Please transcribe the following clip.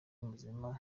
muzima